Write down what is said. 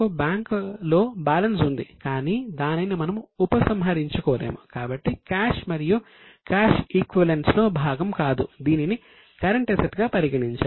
cash గా పరిగణించాలి